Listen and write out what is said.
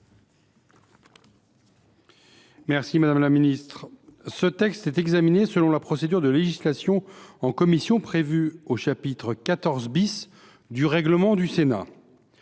mes chers collègues, ce texte est examiné selon la procédure de législation en commission prévue au chapitre XIV du règlement du Sénat.